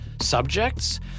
subjects